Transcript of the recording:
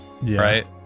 right